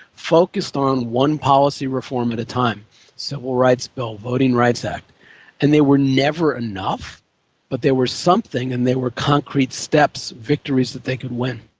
focused on one policy reform at a time civil rights bill, voting rights act and they were never enough but they were something and they were concrete steps, victories that they could win.